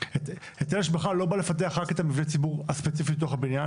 היטל השבחה לא בא לפתח רק את מבנה הציבור הספציפי בתוך הבניין,